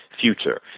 future